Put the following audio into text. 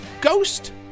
Ghost